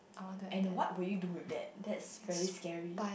and what will do with that that's very scary